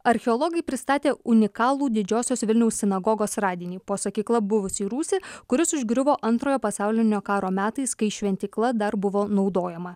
archeologai pristatė unikalų didžiosios vilniaus sinagogos radinį po sakykla buvusį rūsį kuris užgriuvo antrojo pasaulinio karo metais kai šventykla dar buvo naudojama